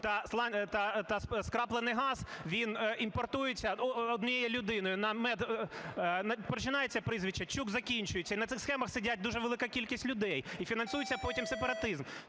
та скраплений газ він імпортується однією людиною, на "мед" починається прізвище, "чук" закінчується. І на цих схемах сидять дуже велика кількість людей, і фінансується потім сепаратизм.